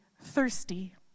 thirsty